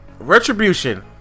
Retribution